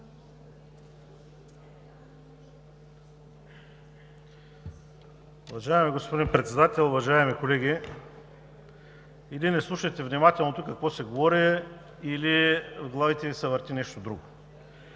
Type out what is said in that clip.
Уважаеми господин Председател, уважаеми колеги! Или не слушахте внимателно тук какво се говори, или в главите Ви се върти нещо друго.